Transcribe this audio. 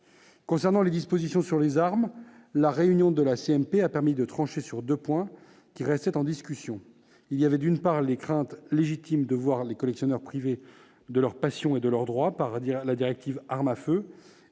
Concernant les dispositions sur les armes, la réunion de la commission mixte paritaire a permis de trancher deux points restant en discussion. Il y avait, d'une part, les craintes, légitimes, de voir les collectionneurs privés de leur passion et de leurs droits par la directive Armes à feu